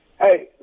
Hey